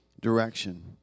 direction